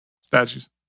Statues